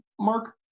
Mark